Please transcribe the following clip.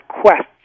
quests